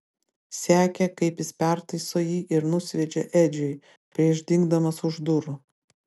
sekė kaip jis pertaiso jį ir nusviedžia edžiui prieš dingdamas už durų